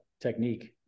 technique